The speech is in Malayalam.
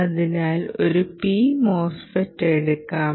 അതിനാൽ ഒരു P MOSFET എടുക്കാം